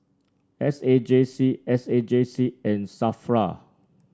S A J C S A J C and Safra